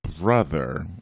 brother